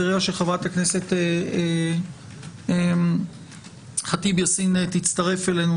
ברגע שחברת הכנסת ח'טיב יאסין תצטרף אלינו,